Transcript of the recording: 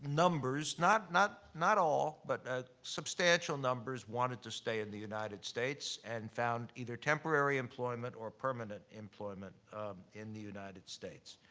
numbers, not not all but ah substantial numbers wanted to stay in the united states and found either temporary employment or permanent employment in the united states.